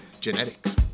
Genetics